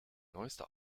neueste